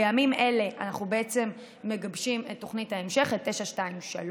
בימים אלה אנחנו מגבשים את תוכנית ההמשך, את 923,